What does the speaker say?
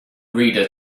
reader